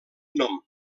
nom